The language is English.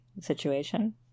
situation